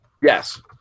Yes